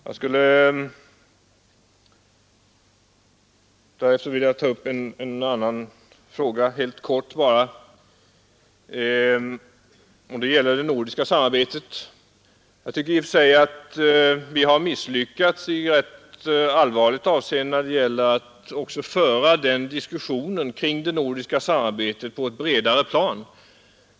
Jag skulle helt kort vilja ta upp ytterligare en sak, nämligen det nordiska samarbetet. Jag anser i och för sig att vi har misslyckats rätt allvarligt när det gäller att föra diskussionen kring det nordiska samarbetet på ett bredare plan.